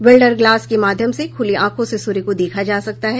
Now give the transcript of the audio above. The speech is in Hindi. वेल्डर ग्लास के माध्यम से खूली आंखों से सूर्य को देखा जा सकता है